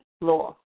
law